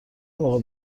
موقع